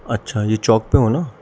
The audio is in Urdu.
اچھا یہ چوک پہ ہو نا